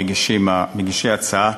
מגישי ההצעה,